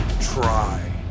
try